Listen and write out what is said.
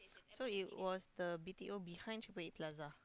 so it was the B_T_O behind triple eight plaza